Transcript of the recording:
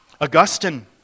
Augustine